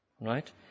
Right